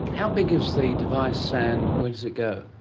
how big is the device and where does it go?